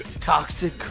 Toxic